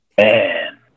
man